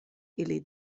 ili